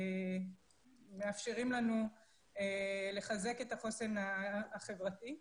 מאפשרת לנו לחזק את החוסן החברתי.